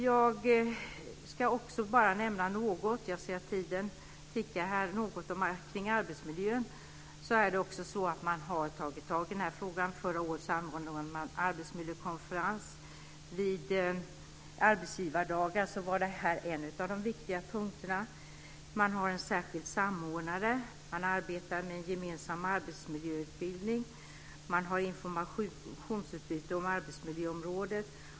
Jag ska också nämna något - jag ser att tiden tickar i väg - om arbetsmiljön. Denna fråga har man tagit tag i. Förra året anordnades en arbetsmiljökonferens, och vid arbetsgivardagar har detta varit en av de viktiga punkterna. Man har en särskild samordnare. Man arbetar med gemensam arbetsmiljöutbildning. Man har informationsutbyte om arbetsmiljöområdet.